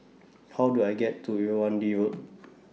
How Do I get to Irrawaddy Road